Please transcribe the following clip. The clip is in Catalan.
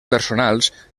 personals